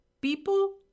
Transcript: people